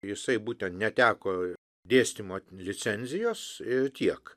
jisai būtent neteko dėstymo licencijos ir tiek